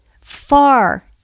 far